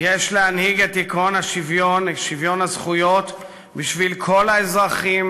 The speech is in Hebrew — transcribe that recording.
"יש להנהיג את עקרון שוויון הזכויות בשביל כל האזרחים,